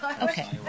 Okay